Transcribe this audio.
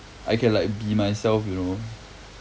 I can like be myself you know